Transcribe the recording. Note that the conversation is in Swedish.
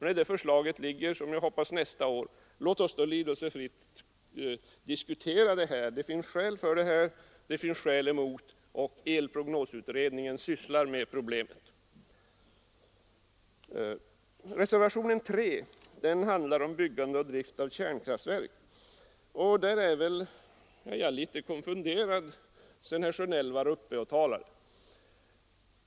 När det förslaget föreligger — som jag hoppas nästa år — låt oss då lidelsefritt diskutera det. Det finns skäl för och det finns skäl emot, och elprognosutredningen sysslar nu med problemet. Reservationen 3 rör byggande och drift av kärnkraftverk. Jag är väl litet konfunderad på den här punkten sedan herr Sjönell har talat.